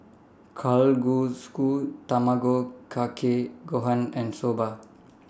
Kalguksu Tamago Kake Gohan and Soba